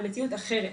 למציאות אחרת.